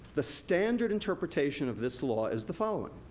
the standard interpretation of this law is the following.